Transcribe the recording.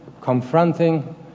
confronting